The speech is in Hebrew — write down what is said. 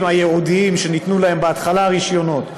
הייעודיים שניתנו להם בהתחלה רישיונות,